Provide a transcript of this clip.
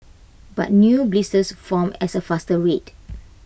but new blisters formed as A faster rate